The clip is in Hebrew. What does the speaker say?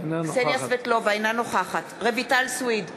אינה נוכחת רויטל סויד,